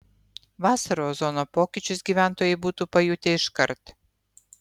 vasarą ozono pokyčius gyventojai būtų pajutę iškart